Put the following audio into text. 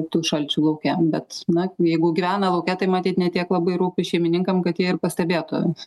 tų šalčių lauke bet na jeigu gyvena lauke tai matyt ne tiek labai rūpi šeimininkam kad jie ir pastebėtų